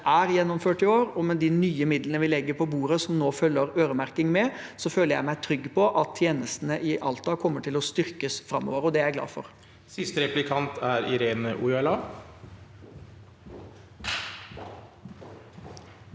er gjennomført i år, og med de nye midlene vi legger på bordet nå, som det følger øremerking med, føler jeg meg trygg på at tjenestene i Alta kommer til å styrkes framover, og det er jeg glad for. Irene Ojala